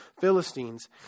Philistines